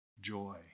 joy